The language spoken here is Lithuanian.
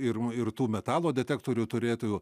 ir ir tų metalo detektorių turėtojų